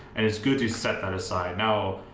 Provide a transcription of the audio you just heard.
and it's good to set that aside. now,